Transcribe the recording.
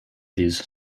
these